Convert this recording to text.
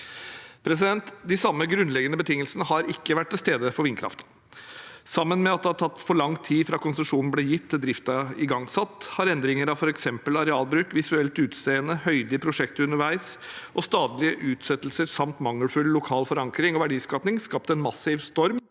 bygge ut. De samme grunnleggende betingelsene har ikke vært til stede for vindkraft. Sammen med at det har tatt for lang tid fra konsesjonen ble gitt, til driften er igangsatt, har endringer av f.eks. arealbruk, visuelt utseende, høyde i prosjektet underveis, stadige utsettelser samt mangelfull lokal forankring og verdiskaping skapt en massiv storm